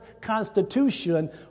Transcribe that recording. Constitution